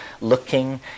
looking